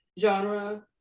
genre